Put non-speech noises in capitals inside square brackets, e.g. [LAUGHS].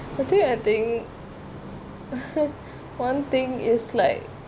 I think I think [LAUGHS] one thing is like